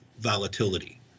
volatility